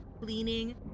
cleaning